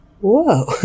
whoa